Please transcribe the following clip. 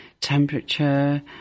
Temperature